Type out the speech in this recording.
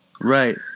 right